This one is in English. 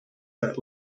that